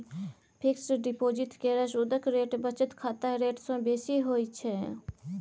fix deposit केर सुदक rate बचत खाताक रेट सँ बेसी होइ छै